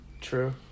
True